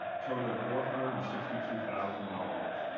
totaling four hundred and sixty two thousand dollars.